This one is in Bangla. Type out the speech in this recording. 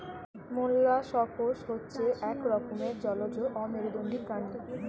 মোল্লাসকস হচ্ছে এক রকমের জলজ অমেরুদন্ডী প্রাণী